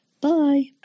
Bye